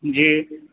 जी